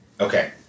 Okay